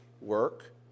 work